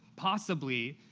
possibly,